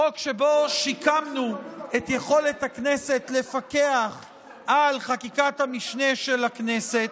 חוק שבו שיקמנו את יכולת הכנסת לפקח על חקיקת המשנה של הכנסת.